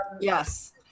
yes